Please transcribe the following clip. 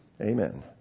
Amen